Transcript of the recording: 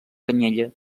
canyella